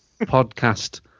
podcast